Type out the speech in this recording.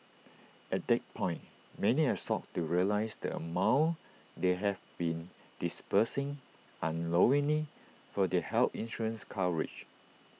at that point many are shocked to realise the amount they have been disbursing unknowingly for their health insurance coverage